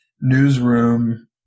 newsroom